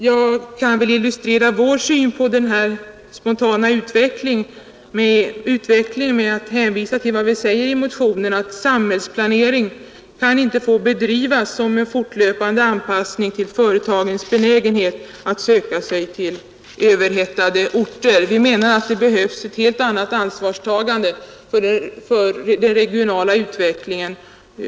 Jag kan illustrera vår syn på den spontana utvecklingen genom att hänvisa till vad vi säger i vår motion, nämligen: ”Samhällsplanering kan inte få bedrivas som en fortlöpande anpassning till företagens benägenhet att söka sig till överhettade områden.” Statsmakterna bör ta ett helt annat ansvar för den regionala utvecklingen.